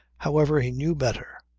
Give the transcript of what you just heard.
however, he knew better,